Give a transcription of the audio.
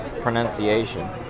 pronunciation